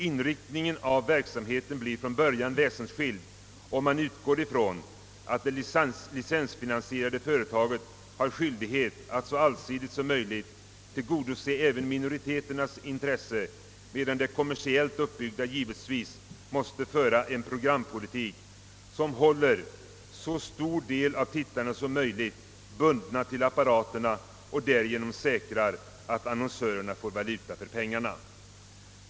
Inriktningen av verksamheten blir från början väsensskild om man utgår ifrån att det licensfinansierade företaget har skyldighet att så allsidigt som möjligt tillgodose även minoriteternas intresse, medan det kommersiellt uppbyggda givetvis måste föra en programpolitik som håller så stor del av tittarna som möjligt bundna vid apparaterna och därigenom säkrar att annonsörerna får valuta för pengarna.